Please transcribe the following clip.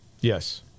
Yes